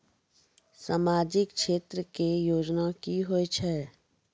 समाजिक क्षेत्र के योजना की होय छै?